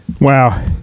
Wow